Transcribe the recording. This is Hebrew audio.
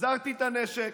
החזרתי את הנשק.